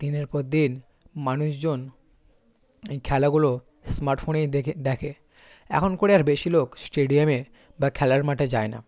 দিনের পর দিন মানুষজন এই খেলাগুলো স্মার্টফোনেই দেখে দেখে এখন করে আর বেশি লোক স্টেডিয়ামে বা খেলার মাঠে যায় না